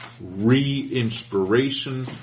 re-inspiration